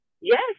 Yes